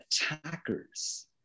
attackers